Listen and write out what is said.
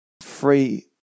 free